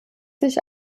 sich